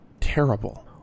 Terrible